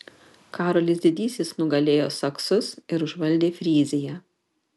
karolis didysis nugalėjo saksus ir užvaldė fryziją